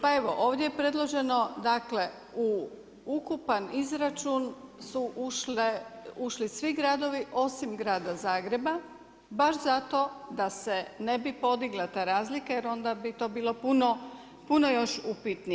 Pa evo ovdje je predloženo u ukupan izračun su ušli svi gradovi osim grada Zagreba baš zato da se ne bi podigla ta razlika jer onda bi to bilo puno još upitnije.